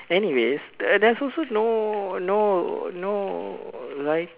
anyways there's always no no no write~